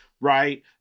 right